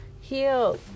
Heal